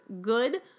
good